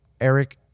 Eric